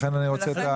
לכן אני רוצה את זה.